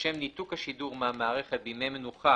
לשם ניתוק השידור מהמערכת בימי מנוחה,